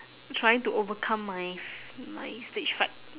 trying to overcome my f~ my stage fright